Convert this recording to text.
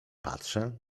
patrzę